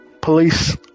police